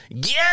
Get